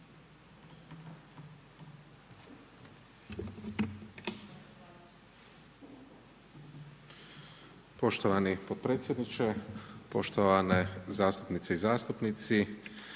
Poštovani potpredsjedniče, poštovane zastupnice i zastupnici,